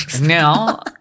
Now